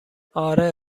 آره